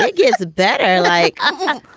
like gets better like. um